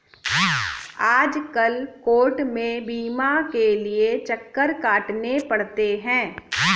आजकल कोर्ट में बीमा के लिये चक्कर काटने पड़ते हैं